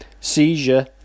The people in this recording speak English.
seizure